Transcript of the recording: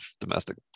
domestic